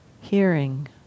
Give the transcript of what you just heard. Hearing